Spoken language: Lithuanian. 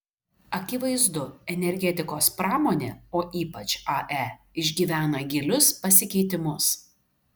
akivaizdu energetikos pramonė o ypač ae išgyvena gilius pasikeitimus